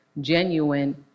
genuine